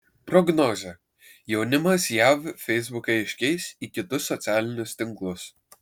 prognozė jaunimas jav feisbuką iškeis į kitus socialinius tinklus